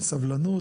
בסבלנות,